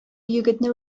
егетне